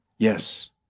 Yes